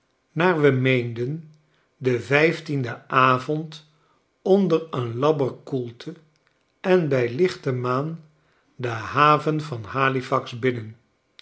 naar we meenden den vyftienden avond onder een labberkoelte en bij lichte maan de haven van halifax binnen